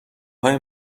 های